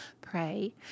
Pray